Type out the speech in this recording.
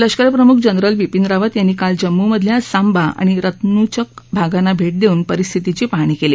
लष्करप्रमुख जनरल बिपीन रावत यांनी काल जम्मूमधल्या सांबा आणि रत्नुचक भागांना भर्ष दर्छिन परिस्थितीची पाहणी कली